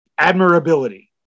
admirability